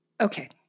Okay